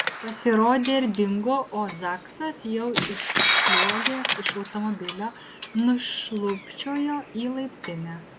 pasirodė ir dingo o zaksas jau išsliuogęs iš automobilio nušlubčiojo į laiptinę